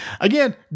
again